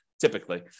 typically